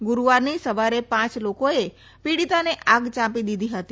ગુરૂવારની સવારે પાંચ લોકોએ પીડીતાને આગ ચાંપી દીધી હતી